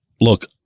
look